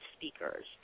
speakers